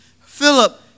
Philip